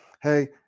Hey